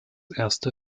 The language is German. erste